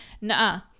nah